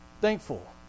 thankful